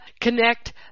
connect